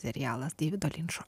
serialas deivido linčo